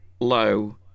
low